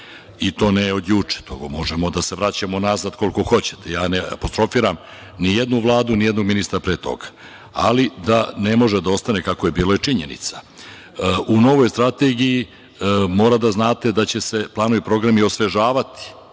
i to ne od juče, možemo da se vraćamo nazad koliko hoćete. Ne apostrofiram ni jednu Vladu, ni jednog ministra pre toga, ali da ne može da ostane kako je bilo je činjenica.U novoj strategiji mora da znate da će planovi i programi osvežavati,